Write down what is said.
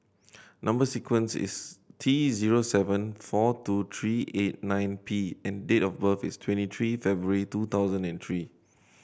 number sequence is T zero seven four two tree eight nine P and date of birth is twenty tree February two thousand and three